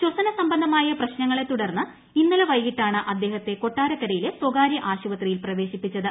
ശ്വസന സംബന്ധമായ പ്രശ്നങ്ങളെ തുടർന്ന് ഇന്നലെ വൈകിട്ടാണ് അദ്ദേഹത്തെ കൊട്ടാര്രക്കരയിലെ സ്വകാര്യ ആശുപത്രിയിൽ പ്രവേശിപ്പിച്ചത്